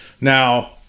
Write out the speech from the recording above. Now